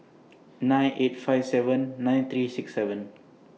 nine eight five seven nine three six seven